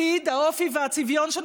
מרכז האופוזיציה,